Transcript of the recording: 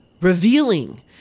revealing